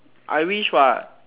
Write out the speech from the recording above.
I wish what